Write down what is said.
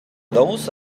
those